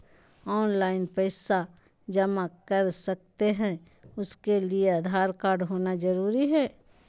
Online पैसा जमा कर सकते हैं उसके लिए आधार कार्ड होना जरूरी है?